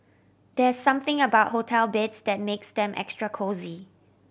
there's something about hotel beds that makes them extra cosy